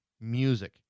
music